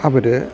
അവര്